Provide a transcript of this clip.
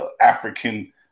African